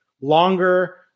longer